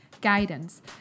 guidance